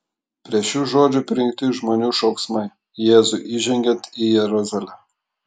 prie šių žodžių prijungti žmonių šauksmai jėzui įžengiant į jeruzalę